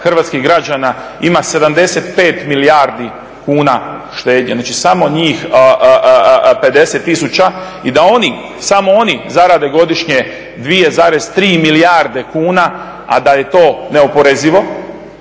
hrvatskih građana ima 75 milijardi kuna štednje, znači samo njih 50 tisuća i da oni samo oni zarade godišnje 2,3 milijarde kuna a da je to neoporezivo